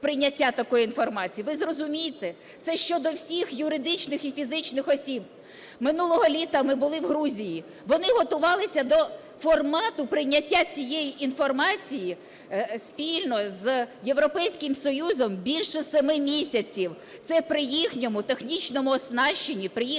Ви зрозумійте, це щодо всіх юридичних і фізичних осіб. Минулого літа ми були в Грузії. Вони готувалися до формату прийняття цієї інформації спільно з Європейським Союзом більше 7 місяців. Це при їхньому технічному оснащенні,